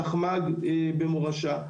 תחמ"ג במורשה.